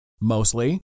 mostly